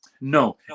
No